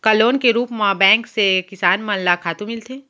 का लोन के रूप मा बैंक से किसान मन ला खातू मिलथे?